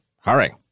hurry